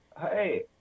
Hey